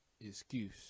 excuse